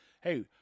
Hey